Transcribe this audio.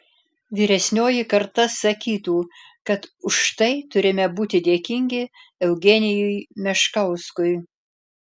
vyresnioji karta sakytų kad už tai turime būti dėkingi eugenijui meškauskui